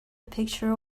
picture